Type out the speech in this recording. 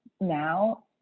now